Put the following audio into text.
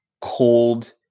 cold